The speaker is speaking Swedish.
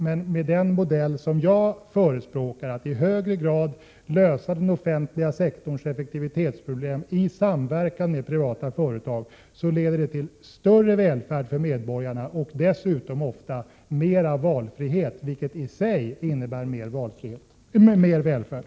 Men den modell som jag förespråkar, att i högre grad lösa den offentliga sektorns effektivitetsproblem i samverkan med privata företag, leder till större välfärd för medborgarna och dessutom ofta till mer valfrihet, vilket i sig innebär mer välfärd.